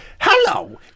Hello